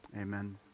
Amen